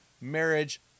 marriage